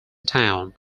town